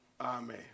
amen